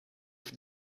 have